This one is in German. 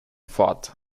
fort